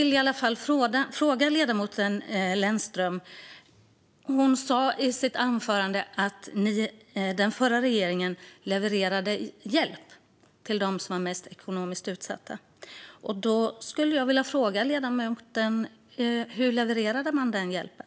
Ledamoten Lennström sa i sitt anförande att den förra regeringen levererade hjälp till dem som var mest ekonomiskt utsatta. Jag skulle vilja fråga ledamoten hur man levererade den hjälpen.